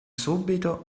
subito